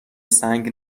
سنگ